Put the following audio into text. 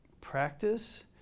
practice